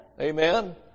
Amen